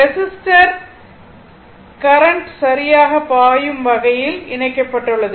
resistor current curren0t சரியாகப் பாயும் வகையில் இணைக்கப்பட்டுள்ளது